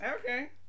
Okay